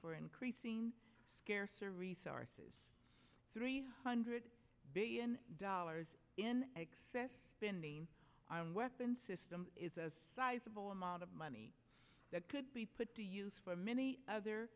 for increasing scarcer resources three hundred billion dollars in excess spending on weapon systems is a sizable amount of money that could be put to use for many other